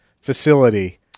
facility